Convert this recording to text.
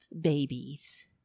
babies